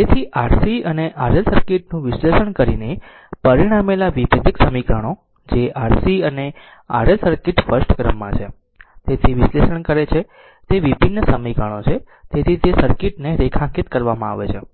તેથી RC અને RL circuit નું વિશ્લેષણ કરીને પરિણમેલા વિભેદક સમીકરણો જે RC અને RL સર્કિટ ફર્સ્ટ ક્રમમાં છે તેથી વિશ્લેષણ કરે છે તે વિભિન્ન સમીકરણો છે તેથી તે સર્કિટ ને રેખાંકિત કરવામાં આવે છે